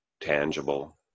tangible